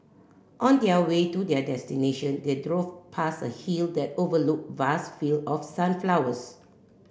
on the a way to their destination they drove past a hill that overlooked vast fields of sunflowers